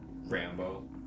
Rambo